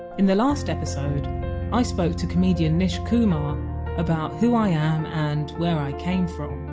in the last episode i spoke to comedian nish kumar about who i am and where i came from.